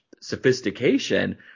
sophistication